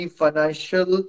financial